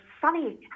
Sunny